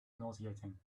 nauseating